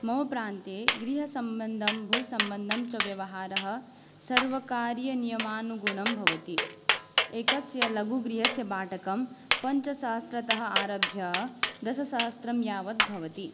मम प्रान्त्ये गृहसम्बन्धी भूसम्बन्धी च व्यवहारः सर्वकारीयनियमानुगुणं भवति एकस्य लघुगृहस्य भाटकं पञ्चसहस्रतः आरभ्य दशसहस्रं यावद् भवति